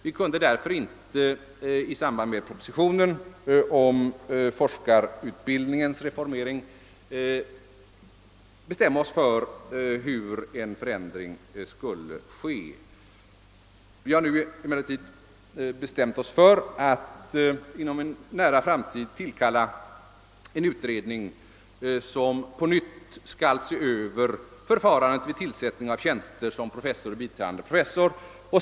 Vi kunde därför inte i samband med propositionen om forskarutbildningens reformering bestämma oss för hur en förändring skulle ske. Vi har emellertid nu bestämt oss för att inom en nära framtid tillsätta en utredning, som på nytt skall se över förfarandet vid tillsättning av tjänster som professor och biträdande professor.